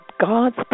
God's